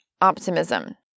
optimism